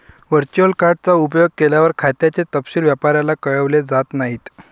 virtual card चा उपयोग केल्यावर, खात्याचे तपशील व्यापाऱ्याला कळवले जात नाहीत